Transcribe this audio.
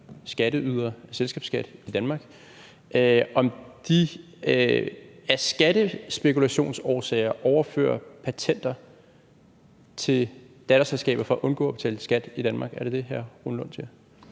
skatteyder af selskabsskat i Danmark, af skattespekulationsårsager overfører patenter til datterselskaber, altså for at undgå at betale skat i Danmark. Er det det, hr. Rune Lund siger?